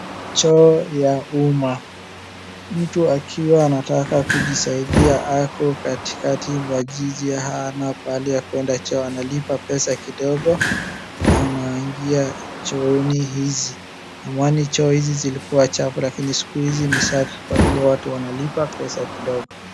Choo ya umma. Mtu akiwa anataka kujisaidia ako katikati mwa jiji hana pahali ya kueda choo, analipa pesa kidogo anaingia chooni hizi. Zamani choo hizi zilikuwa chafu lakini siku hizi ni safi kwa vile watu wanalipa pesa kidogo.